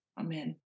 Amen